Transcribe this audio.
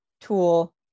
tool